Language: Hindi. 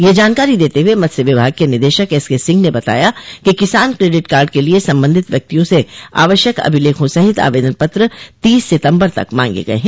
यह जानकारी देते हुए मत्स्य विभाग के निदेशक एसके सिंह ने बताया कि किसान क्रेडिट कार्ड के लिए सम्बन्धित व्यक्तियों से आवश्यक अभिलेखों सहित आवेदन पत्र तीस सितम्बर तक माँगे गये हैं